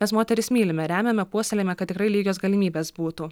mes moteris mylime remiame puoselėjame kad tikrai lygios galimybės būtų